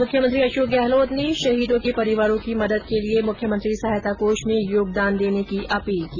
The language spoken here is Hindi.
मुख्यमंत्री अशोक गहलोत ने शहीदों के परिवारों की मदद के लिये मुख्यमंत्री सहायता कोष में योगदान देने की अपील की